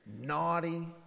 naughty